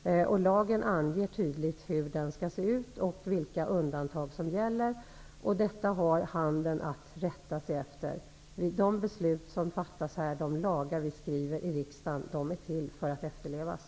Lagen anger tydligt hur denna skall se ut och vilka undantag som gäller. Detta har handeln att rätta sig efter. De lagar vi stiftar i riksdagen är till för att efterlevas.